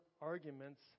arguments